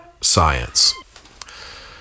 science